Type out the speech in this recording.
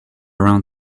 around